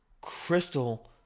crystal